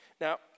Now